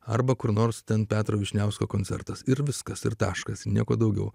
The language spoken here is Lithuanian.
arba kur nors ten petro vyšniausko koncertas ir viskas ir taškas nieko daugiau